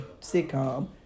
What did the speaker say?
sitcom